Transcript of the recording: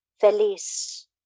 feliz